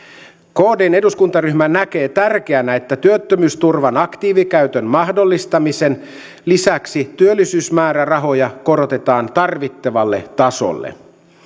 kdn eduskuntaryhmä näkee tärkeänä että työttömyysturvan aktiivikäytön mahdollistamisen lisäksi työllisyysmäärärahoja korotetaan tarvittavalle tasolle